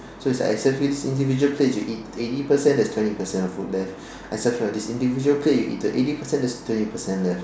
so it's like I serve you these individual plates you eat eighty percent there's twenty percent of food left I serve you on these individual plates you eat the eighty percent there's twenty percent left